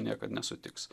niekad nesutiks